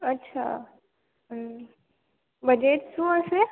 અચ્છા હમ બજેટ શું હશે